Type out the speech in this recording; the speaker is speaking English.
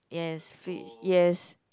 yes fridge yes